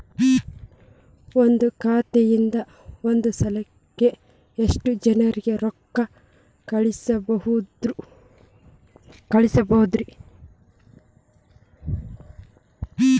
ಒಂದ್ ಖಾತೆಯಿಂದ, ಒಂದ್ ಸಲಕ್ಕ ಎಷ್ಟ ಜನರಿಗೆ ರೊಕ್ಕ ಕಳಸಬಹುದ್ರಿ?